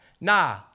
Nah